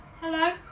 Hello